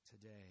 today